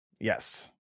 yes